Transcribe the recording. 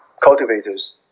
cultivators